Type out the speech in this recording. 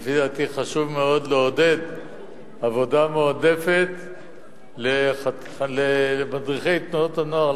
לפי דעתי חשוב מאוד לעודד עבודה מועדפת למדריכי תנועות הנוער,